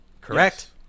Correct